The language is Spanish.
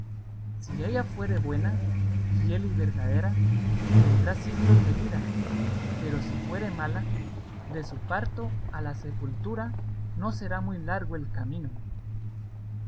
si ella fuere buena fiel y verdadera tendrá siglos de vida pero si fuere mala de su parto a la sepultura no será muy largo el camino